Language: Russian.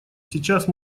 сейчас